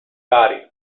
party